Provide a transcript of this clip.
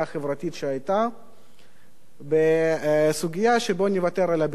שהיתה בסוגיה ש"בואו נוותר על הביטחון